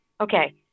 okay